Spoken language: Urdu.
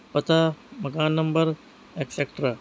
پتہ مکان نمبر ایکسیکٹرا